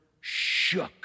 shook